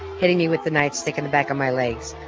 hitting me with the nightstick in the back of my legs.